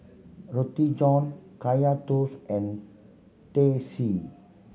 Roti John Kaya Toast and Teh C